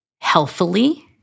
healthily